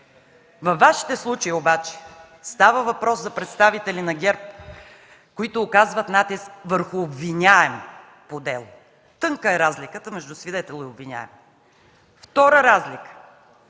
Във Вашите случаи обаче става въпрос за представители на ГЕРБ, които оказват натиск върху обвиняем по дело – тънка е разликата между свидетел и обвиняем.